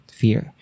fear